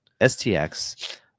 STX